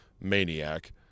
maniac